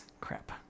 Crap